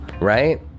Right